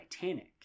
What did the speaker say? Titanic